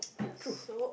truth